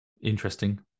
interesting